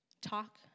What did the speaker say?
Talk